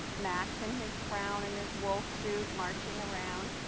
max in his crown and his wolf suit, marching around.